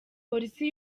polisi